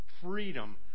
freedom